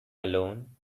alone